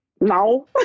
no